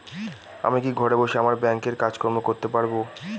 আমি কি ঘরে বসে আমার ব্যাংকের কাজকর্ম করতে পারব?